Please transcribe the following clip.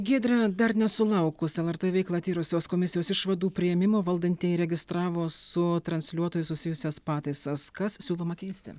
giedre dar nesulaukus lrt veiklą tyrusios komisijos išvadų priėmimo valdantieji registravo su transliuotoju susijusias pataisas kas siūloma keisti